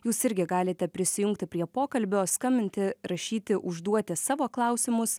jūs irgi galite prisijungti prie pokalbio skambinti rašyti užduoti savo klausimus